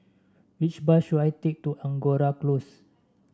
which bus should I take to Angora Close